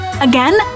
Again